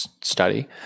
study